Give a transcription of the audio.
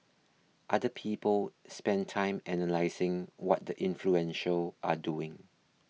other people spend time analysing what the influential are doing